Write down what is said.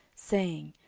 saying,